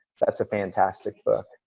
that's a fantastic book,